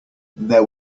there